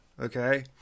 okay